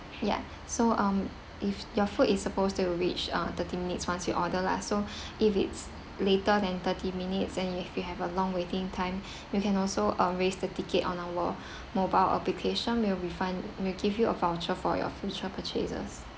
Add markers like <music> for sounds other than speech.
ya so um if your food is supposed to reach uh thirty minutes once you order lah so <breath> if it's later than thirty minutes and if you have a long waiting time <breath> you can also uh raise the ticket on our <breath> mobile application we'll refund we'll give you a voucher for your future purchases